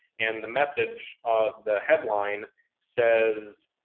and the message the headline says,